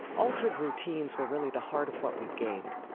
altered routines were really the heart of what we gained.